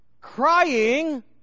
crying